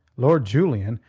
lord julian,